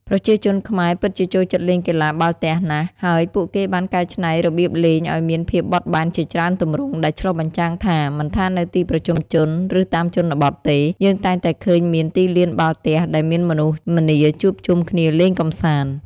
ប្រជាជនខ្មែរពិតជាចូលចិត្តលេងកីឡាបាល់ទះណាស់ ហើយពួកគេបានកែច្នៃរបៀបលេងឱ្យមានភាពបត់បែនជាច្រើនទម្រង់ ដែលឆ្លុះបញ្ចាំងថា មិនថានៅទីប្រជុំជន ឬតាមជនបទទេ យើងតែងតែឃើញមានទីលានបាល់ទះដែលមានមនុស្សម្នាជួបជុំគ្នាលេងកម្សាន្ត។